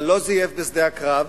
אבל לא זייף בשדה הקרב,